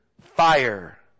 fire